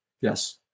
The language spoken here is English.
Yes